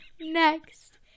next